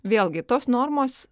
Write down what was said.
vėlgi tos normos